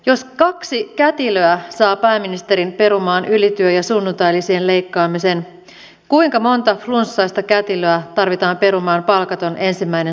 jos kaksi kätilöä saa pääministerin perumaan ylityö ja sunnuntailisien leikkaamisen kuinka monta flunssaista kätilöä tarvitaan perumaan palkaton ensimmäinen sairaslomapäivä